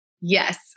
Yes